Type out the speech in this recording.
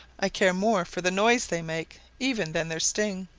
i care more for the noise they make even than their sting.